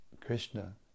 Krishna